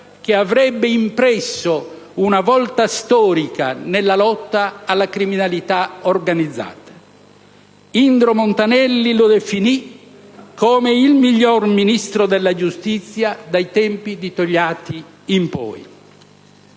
che avrebbe impresso una svolta storica alla lotta contro la criminalità organizzata. Indro Montanelli lo definì come il miglior Ministro della giustizia dai tempi di Togliatti in poi.